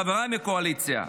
חבריי מהקואליציה.